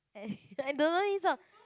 eh I don't know this song